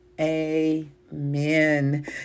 amen